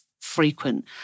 frequent